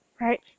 right